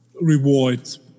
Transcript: rewards